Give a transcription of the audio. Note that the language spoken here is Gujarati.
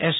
એસ